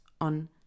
on